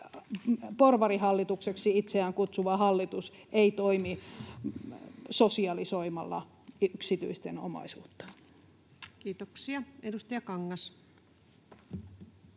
porvarihallitukseksi itseään kutsuva hallitus ei toimi sosialisoimalla yksityisten omaisuutta. Kiitoksia. — Edustaja Kangas.